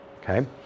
Okay